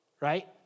right